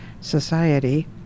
society